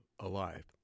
Alive